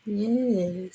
Yes